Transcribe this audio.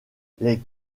les